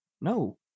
no